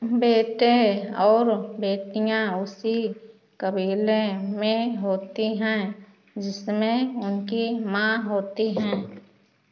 बेटे और बेटियाँ उसी कबीले में होती हैं जिसमें उनकी माँ होती हैं